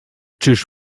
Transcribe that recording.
czyż